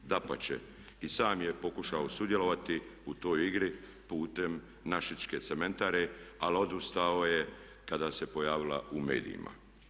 Dapače i sam je pokušao sudjelovati u toj igri putem našičke cementare ali odustao je kada se pojavila u medijima.